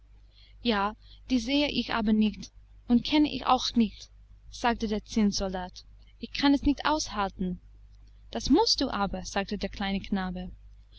ja die sehe ich aber nicht und kenne ich auch nicht sagte der zinnsoldat ich kann es nicht aushalten das mußt du aber sagte der kleine knabe